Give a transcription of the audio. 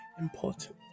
important